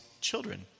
children